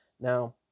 Now